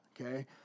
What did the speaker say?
okay